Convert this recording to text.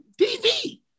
TV